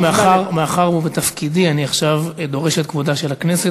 מאחר שבתפקידי אני עכשיו דורש את כבודה של הכנסת,